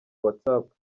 whatsapp